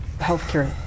healthcare